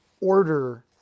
order